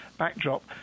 backdrop